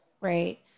right